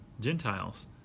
Gentiles